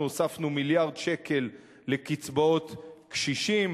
אנחנו הוספנו מיליארד שקל לקצבאות לקשישים.